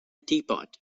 teapot